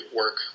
work